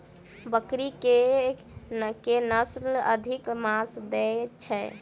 बकरी केँ के नस्ल अधिक मांस दैय छैय?